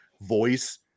voice